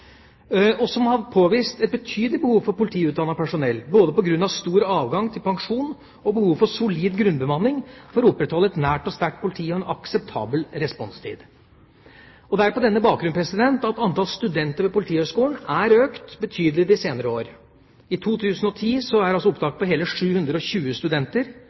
og som har påvist et betydelig behov for politiutdannet personell, både på grunn av stor avgang til pensjon og behov for solid grunnbemanning for å opprettholde et nært og sterkt politi og en akseptabel responstid. Det er på denne bakgrunn at antall studenter ved Politihøgskolen er økt betydelig de senere år. I 2010 er opptaket på hele 720 studenter.